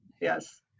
Yes